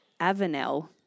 Avenel